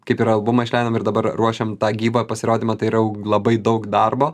kaip ir albumą išleidom ir dabar ruošiam tą gyvą pasirodymą tai yra jau labai daug darbo